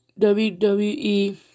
WWE